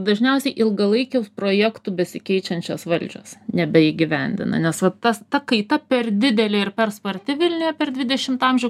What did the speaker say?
dažniausiai ilgalaikių projektų besikeičiančios valdžios nebeįgyvendina nes va tas ta kaita per didelė ir per sparti vilniuje per dvidešimtą amžių